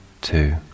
two